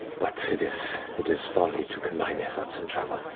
but it is it is folly to combine efforts in travel.